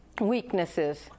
weaknesses